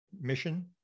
mission